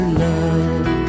love